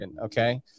Okay